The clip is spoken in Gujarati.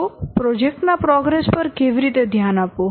તો પ્રોજેક્ટ ના પ્રોગ્રેસ પર કેવી રીતે ધ્યાન આપવું